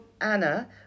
Anna